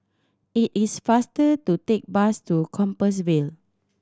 it is faster to take bus to Compassvale